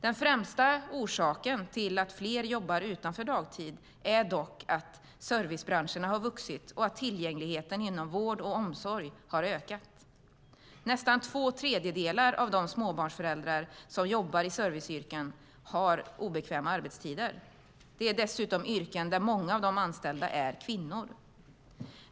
Den främsta orsaken till att fler jobbar utanför dagtid är dock att servicebranscherna har vuxit och att tillgängligheten inom vård och omsorg har ökat. Nästan två tredjedelar av de småbarnsföräldrar som jobbar i serviceyrken har obekväma arbetstider. Det är dessutom yrken där många av de anställda är kvinnor.